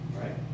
Right